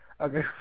Okay